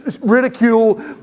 ridicule